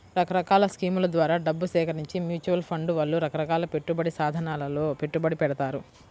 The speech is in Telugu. రకరకాల స్కీముల ద్వారా డబ్బు సేకరించి మ్యూచువల్ ఫండ్ వాళ్ళు రకరకాల పెట్టుబడి సాధనాలలో పెట్టుబడి పెడతారు